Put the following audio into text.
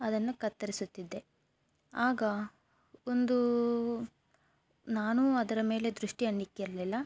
ಅದನ್ನು ಕತ್ತರಿಸುತ್ತಿದ್ದೆ ಆಗ ಒಂದು ನಾನು ಅದರ ಮೇಲೆ ದೃಷ್ಟಿಯನ್ನು ಇಟ್ಟಿರ್ಲಿಲ್ಲ